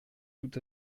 tout